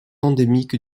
endémiques